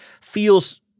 feels